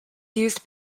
used